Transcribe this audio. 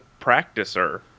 practicer